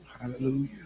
Hallelujah